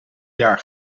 jaar